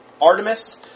Artemis